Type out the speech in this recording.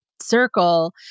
circle